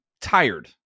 tired